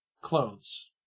Clothes